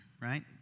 Right